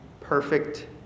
perfect